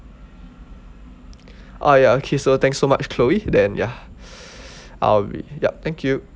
ah ya okay so thank so much chloe then ya I'll be yup thank you